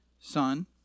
son